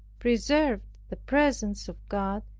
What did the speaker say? preserved the presence of god,